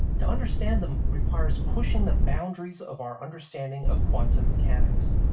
to understand them requires pushing the boundaries of our understanding of quantum mechanics.